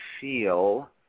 feel